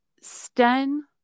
Sten